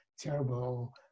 terrible